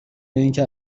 اینکه